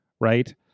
right